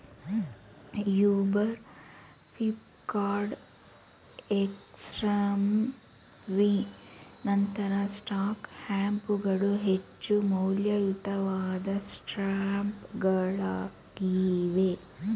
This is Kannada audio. ಯೂಬರ್, ಫ್ಲಿಪ್ಕಾರ್ಟ್, ಎಕ್ಸಾಮಿ ನಂತಹ ಸ್ಮಾರ್ಟ್ ಹ್ಯಾಪ್ ಗಳು ಹೆಚ್ಚು ಮೌಲ್ಯಯುತವಾದ ಸ್ಮಾರ್ಟ್ಗಳಾಗಿವೆ